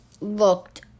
looked